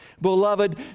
Beloved